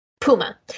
puma